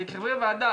וכחברי ועדה,